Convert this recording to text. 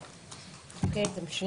תמשיך.